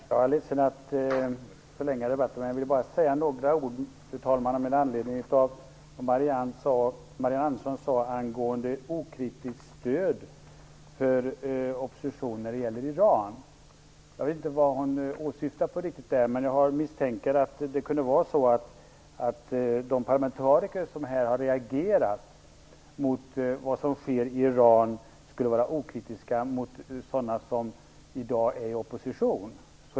Fru talman! Jag är ledsen om jag förlänger debatten, men jag vill säga några ord med anledning av vad Marianne Anderssons uttalade om okritiskt stöd för oppositionen när det gäller Iran. Jag vet inte riktigt vad som åsyftas. Jag misstänker att det som avses är att de parlamentariker som här har reagerat mot det som sker i Iran skulle vara okritiska mot sådana som i dag är i opposition.